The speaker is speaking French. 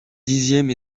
dixième